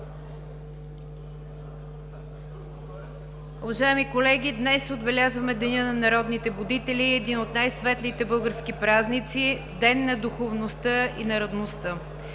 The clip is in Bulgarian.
Уважаеми колеги, днес отбелязваме Денят на народните будители, един от най-светлите български празници, ден на духовността и народността.